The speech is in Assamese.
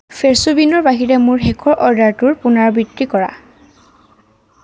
ফ্ৰেছো বীনৰ বাহিৰে মোৰ শেষৰ অৰ্ডাৰটোৰ পুনৰাবৃত্তি কৰা